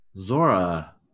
Zora